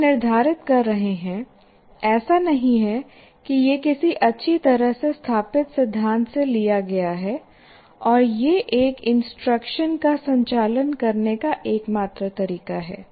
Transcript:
हम निर्धारित कर रहे हैं ऐसा नहीं है कि यह किसी अच्छी तरह से स्थापित सिद्धांत से लिया गया है और यह एक इंस्ट्रक्शन का संचालन करने का एकमात्र तरीका है